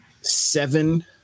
seven